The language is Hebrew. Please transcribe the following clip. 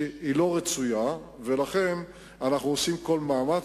היא לא רצויה, ולכן אנחנו עושים כל מאמץ